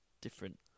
different